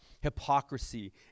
hypocrisy